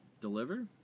Deliver